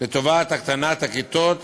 לטובת הקטנת הכיתות